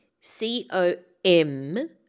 C-O-M